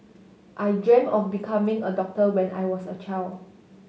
I dreamt of becoming a doctor when I was a child